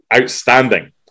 outstanding